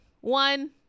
one